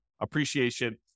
appreciation